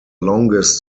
longest